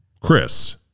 chris